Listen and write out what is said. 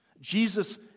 Jesus